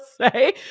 say